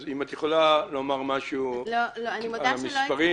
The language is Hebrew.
אז אם את יכולה לומר משהו לגבי המספרים